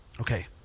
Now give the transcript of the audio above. Okay